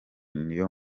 niyo